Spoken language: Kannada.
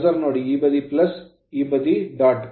ಕರ್ಸರ್ ನೋಡಿ ಈ ಬದಿ ಈ ಬದಿ ಡಾಟ್